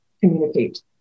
communicate